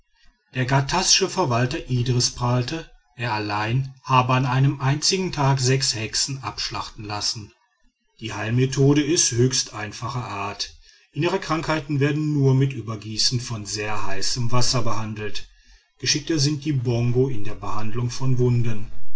der ghattassche verwalter idris prahlte er allein habe an einem einzigen tag sechs hexen abschlachten lassen die heilmethode ist höchst einfacher art innere krankheiten werden nur mit übergießen von sehr heißem wasser behandelt geschickter sind die bongo in der behandlung von wunden